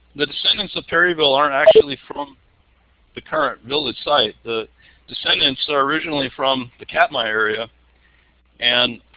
the descendents of perryville aren't actually from the current village site. the descendents are originally from the katmai area and